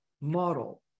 model